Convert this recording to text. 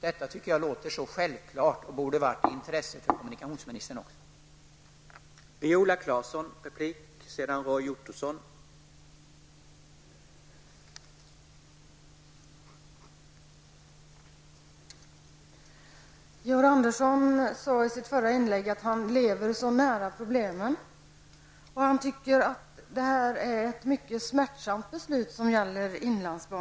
Jag tycker att det låter så självklart. Det borde ha varit i kommunikationsministerns intresse också.